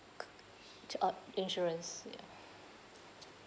c~ uh insurance ya